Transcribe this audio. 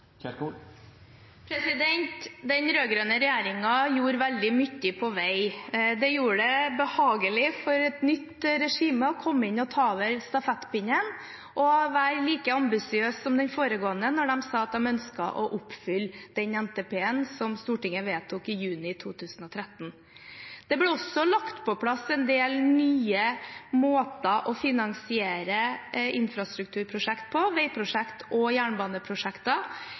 vegsektor? Den rød-grønne regjeringen gjorde veldig mye på vei. Det gjorde det behagelig for et nytt regime å komme inn og ta over stafettpinnen og å være like ambisiøs som det foregående, da de sa at de ønsket å oppfylle den NTP-en som Stortinget vedtok i juni 2013. Det ble også lagt på plass en del nye måter å finansiere infrastrukturprosjekter på, veiprosjekter og jernbaneprosjekter,